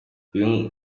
iyo